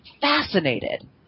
fascinated